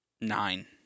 Nine